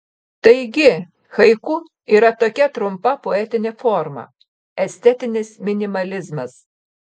taigi haiku yra tokia trumpa poetinė forma estetinis minimalizmas